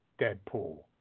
Deadpool